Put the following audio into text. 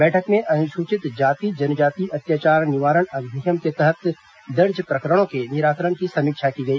बैठक में अनुसूचित जाति जनजाति अत्याचार निवारण अधिनियम के तहत दर्ज प्रकरणों के निराकरण की समीक्षा की गई